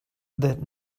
that